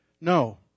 No